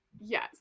Yes